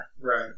right